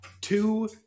Two